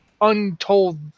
untold